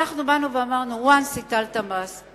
ואנחנו באנו ואמרנו: once הטלת מס,